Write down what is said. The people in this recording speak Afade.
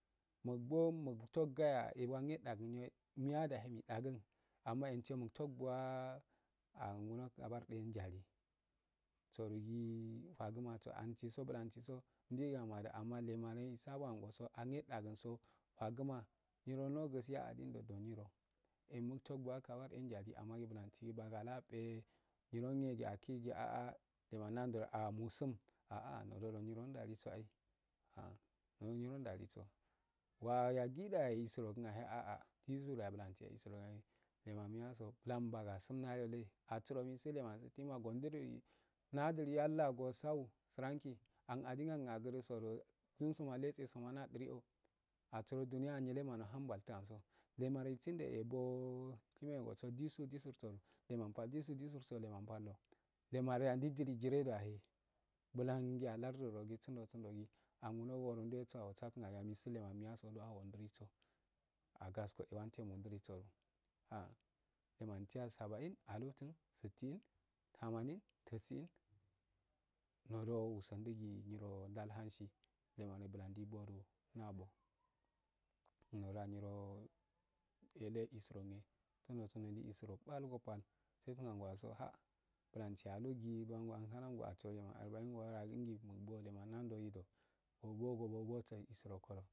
Mugdwu muktogaye de dwan edagun niya daheya midaguun amma ensiyo muntogwaa angunoo kabar yndati sugee faguwaa anguno kabar endati sugee taguma antsisoa anguno kabar endali yi fagmma antsisoa bulansiso ndure anade amma lemano hisabu antcolo faguma nyiro nogsi adido donyiro enmulofogu wa endali amma gbulansi bugu alabee nyirogii grgi akigee aa leman nando du nusunn aa ndododu nyiro ndaliso ai ah nyiro ndaliso wa yaggida oysurogun yahe aa jiscdoyahe bulaana leman miyaso dan bagasu ayele asu rogi tsideda ma tsideman gundirudi nda dila yall ago sau surala en adinagun agudusodu jisu naledesuma radario asurodo juniyan nyilamanohunbatal ansu lemare atsindoebbo shimengosu jusu jisursodn jeman paldu lemarede a ndailu dojireya he bulangii alardii do sundo sundo gi angunagu wuron dweso osatunaga nyaryasr undinso agaskoe wante dumondiriso ah lemantiya sabain tamanin siffin tusuin ndodo wusundigii nyiro ndal nansi menabula ndei bora nabbo niroda nyiro eleisurongne sundo sundo dei isur go. pal go pal betun anguwanso haa bulansi aluggi dwango ankal angu asurodo aguungii mukdwalema nando ido ubogugi bwago isurokodi.